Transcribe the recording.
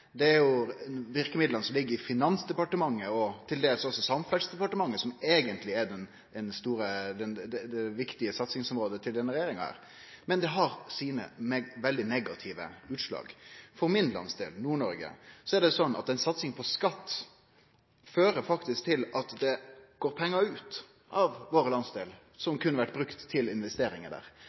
Det er verkemidla som ligg i Finansdepartementet, og dels også i Samferdselsdepartementet, som eigentleg er det viktige satsingsområdet til denne regjeringa. Men det har sine veldig negative utslag. For min landsdel, Nord-Noreg, er det slik at ei satsing på skatt, faktisk fører til at det går pengar som kunne vore brukte til investeringar der, ut av vår landsdel.